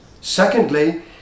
Secondly